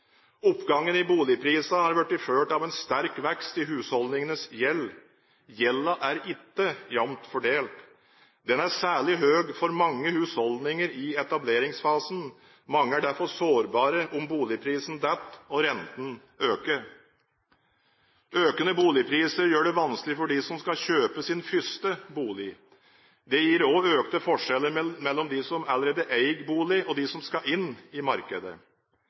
Oppgangen i boligprisene har blitt fulgt av sterk vekst i husholdningenes gjeld. Gjelden er ikke jevnt fordelt. Den er særlig høy for mange husholdninger i etableringsfasen. Mange er derfor sårbare om boligprisene faller og renten øker. Økende boligpriser gjør det vanskelig for dem som skal kjøpe sin første bolig. Det gir også økte forskjeller mellom dem som allerede eier bolig, og de som skal inn i markedet.